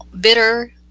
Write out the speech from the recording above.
bitter